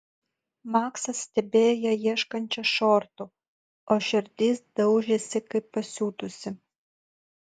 maksas stebėjo ją ieškančią šortų o širdis daužėsi kaip pasiutusi